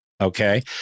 Okay